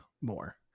more